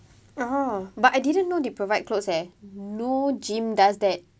ah but I didn't know they provide clothes eh no gym does that